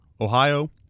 Ohio